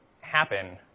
happen